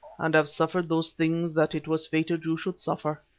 and have suffered those things that it was fated you should suffer.